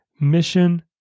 Mission